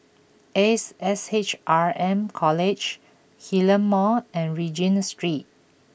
Ace S H R M College Hillion Mall and Regent Street